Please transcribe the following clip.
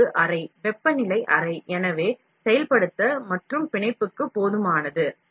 இது ஒரு அறை வெப்பநிலை அறை எனவே செயல்படுத்த மற்றும் பிணைப்புக்கு போதுமானது